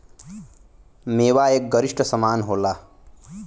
मेवा एक गरिश्ट समान होला